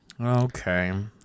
Okay